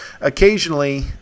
Occasionally